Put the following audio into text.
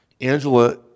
Angela